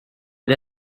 dig